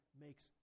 makes